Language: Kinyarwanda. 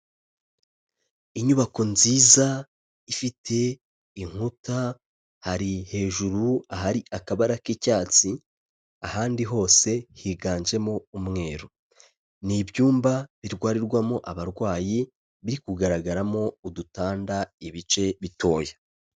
Inyubako nziza ifite inkuta, hari hejuru ahari akabara k'icyatsi ahandi hose higanjemo umweru, ni ibyumba birwarirwamo abarwayi biri kugaragaramo udutanda ibice bitoya.